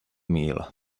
meal